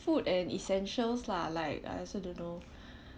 food and essentials lah like I also don't know